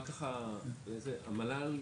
המל"ל,